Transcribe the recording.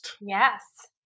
Yes